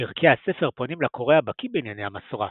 פרקי הספר פונים לקורא הבקיא בענייני המסורה,